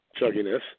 chugginess